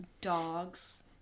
dogs